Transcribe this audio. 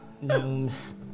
Gnomes